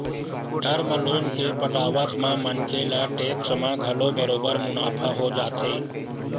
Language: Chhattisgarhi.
टर्म लोन के पटावत म मनखे ल टेक्स म घलो बरोबर मुनाफा हो जाथे